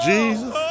Jesus